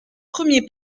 premier